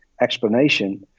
explanation